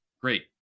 great